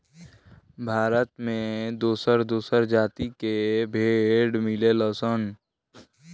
भारत में दोसर दोसर प्रजाति के भेड़ मिलेलन सन